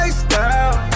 style